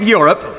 Europe